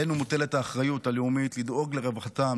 עלינו מוטלת האחריות הלאומית לדאוג לרווחתם,